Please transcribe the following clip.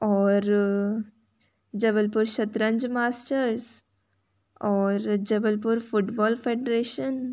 और जबलपुर शतरंज मास्टर्स और जबलपुर फुटबॉल फेडरेशन